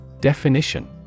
Definition